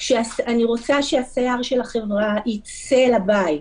שאני רוצה שהסייר של החברה יצא לבית,